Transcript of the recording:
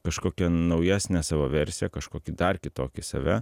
kažkokią naujesnę savo versiją kažkokį dar kitokį save